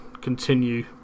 continue